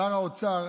שר האוצר,